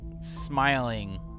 smiling